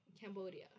Cambodia